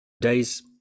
days